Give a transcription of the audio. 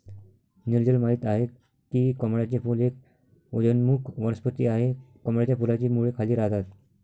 नीरजल माहित आहे की कमळाचे फूल एक उदयोन्मुख वनस्पती आहे, कमळाच्या फुलाची मुळे खाली राहतात